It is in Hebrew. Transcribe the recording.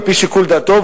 על-פי שיקול דעתו,